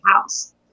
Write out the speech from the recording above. house